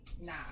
nah